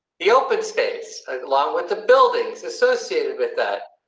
the open space along with the buildings associated with that.